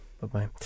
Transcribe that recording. Bye-bye